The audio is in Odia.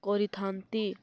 କରିଥାନ୍ତି